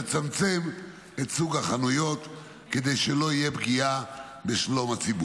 לצמצם את סוג החנויות כדי שלא תהיה פגיעה בשלום הציבור.